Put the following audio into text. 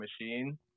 machine